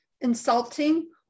insulting